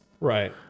Right